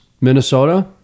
Minnesota